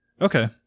Okay